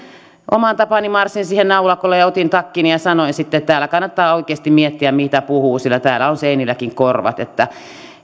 omaan tapaani marssin siihen naulakolle ja otin takkini ja sanoin sitten että täällä kannattaa oikeasti miettiä mitä puhuu sillä täällä on seinilläkin korvat